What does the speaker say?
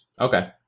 Okay